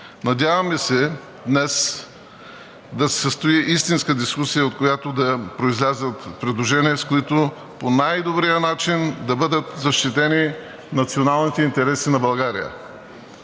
Надяваме се днес да се състои истинска дискусия, от която да произлязат предложения, с които по най-добрия начин да бъдат защитени националните интереси на България.